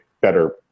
better